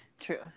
true